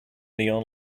neon